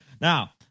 now